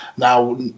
Now